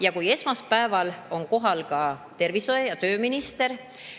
ja kui esmaspäeval on kohal tervise- ja tööminister